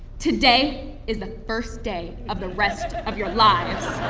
today is the first day of the rest of your lives.